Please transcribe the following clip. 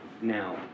now